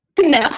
No